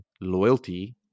loyalty